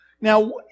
Now